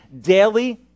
daily